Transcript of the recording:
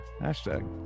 hashtag